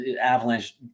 avalanche